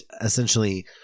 essentially